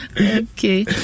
Okay